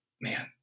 man